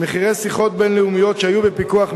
מחירי שיחות בין-לאומיות, שהיו בפיקוח מחירים,